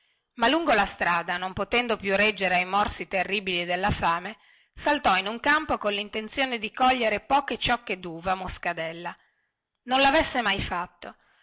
ma lungo la strada non potendo più reggere ai morsi terribili della fame saltò in un campo collintenzione di cogliere poche ciocche duva moscadella non lavesse mai fatto